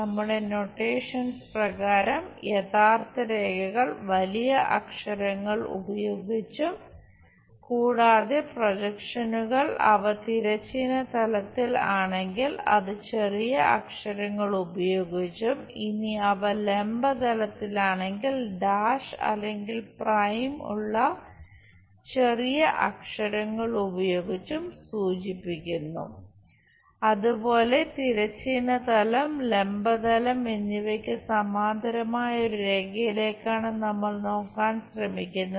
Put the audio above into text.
നമ്മുടെ നോട്ടെഷൻസ് പ്രകാരം യഥാർത്ഥ രേഖകൾ വലിയ അക്ഷരങ്ങൾ ഉപയോഗിച്ചും കൂടാതെ പ്രൊജക്ഷനുകൾ അവ തിരശ്ചീന തലത്തിലാണെങ്കിൽ അത് ചെറിയ അക്ഷരങ്ങൾ ഉപയോഗിച്ചും ഇനി അവ ലംബ തലത്തിലാണെങ്കിൽ ഡാഷ് ' അല്ലെങ്കിൽ പ്രൈം ' ഉള്ള ചെറിയ അക്ഷരങ്ങൾ ഉപയോഗിച്ചും സൂചിപ്പിക്കുന്നു അതുപോലെ തിരശ്ചീന തലം ലംബ തലം എന്നിവയ്ക്ക് സമാന്തരമായ ഒരു രേഖയിലേക്കാണ് നമ്മൾ നോക്കാൻ ശ്രമിക്കുന്നത്